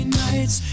nights